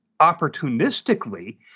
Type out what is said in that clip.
opportunistically